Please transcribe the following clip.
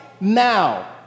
now